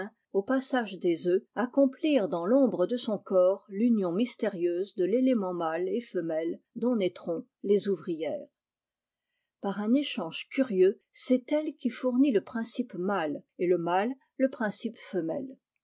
au passage des œufs accomplir dans l'ombre de son corps l'union mystérieuse de l'élément mâle et femelle dont naîtront les ouvrières par i échange curieux c'est elle qui fournit le pri cipe mâle et le mâle le principe femelle